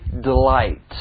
delight